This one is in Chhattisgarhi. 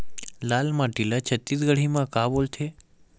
लाल माटी ला छत्तीसगढ़ी मा का बोलथे?